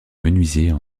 menuisier